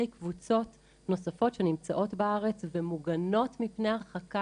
קבוצות נוספות שנמצאות בארץ ומוגנות מפני הרחקה,